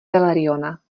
veleriona